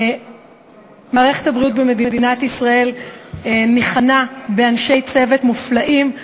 מערכת הבריאות במדינת ישראל ניחנה באנשי צוות מופלאים,